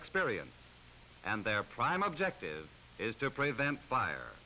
experience and their prime objective is to prevent f